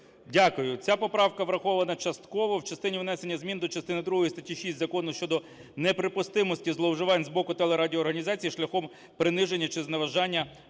Дякую. Ця поправка врахована частково в частині внесення змін до частини другої статті 6 закону щодо неприпустимості зловживань з боку телерадіоорганізацій шляхом приниження чи зневажання державної